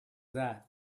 that